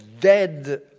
dead